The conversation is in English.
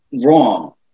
wrong